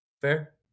Fair